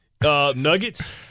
Nuggets